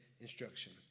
instruction